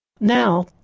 Now